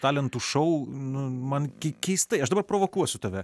talentų šou man keistai aš dabar provokuosiu tave